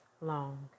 long